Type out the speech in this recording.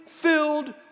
filled